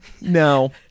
no